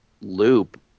loop